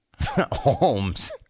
Holmes